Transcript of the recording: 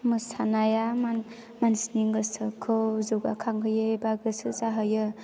मोसानाया मानसिनि गोसोखौ जौगाखांहोयो एबा गोसो जाहोयो